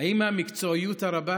האם מהמקצועיות הרבה